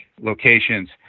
locations